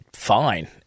Fine